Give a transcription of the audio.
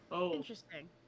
Interesting